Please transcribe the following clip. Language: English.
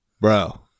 bro